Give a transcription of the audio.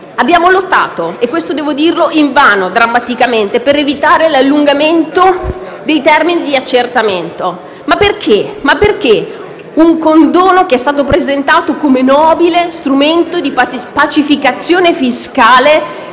Abbiamo lottato - questo devo dirlo - invano, drammaticamente, per evitare l'allungamento dei termini di accertamento. Perché un condono che è stato presentato come nobile strumento di pacificazione fiscale